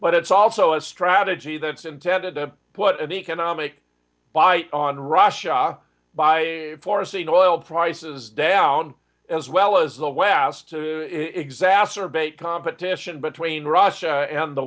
but it's also a strategy that's intended to put an economic bite on russia by forcing oil prices down as well as the west to exacerbate competition between russia and the